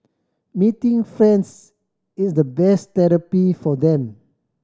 meeting friends is the best therapy for them